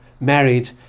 married